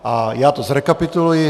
A já to zrekapituluji.